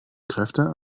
kräfte